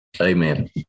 Amen